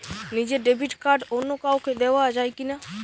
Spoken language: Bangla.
নিজের ডেবিট কার্ড অন্য কাউকে দেওয়া যায় কি না?